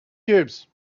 cubes